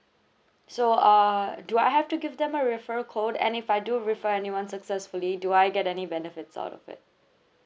so err do I have to give them a referral code and if I do refer anyone successfully do I get any benefits out of it